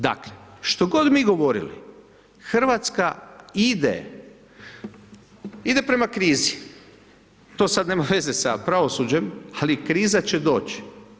Dakle, što god mi govorili, RH ide, ide prema krizi, to sad nema veze sa pravosuđem, ali kriza će doći.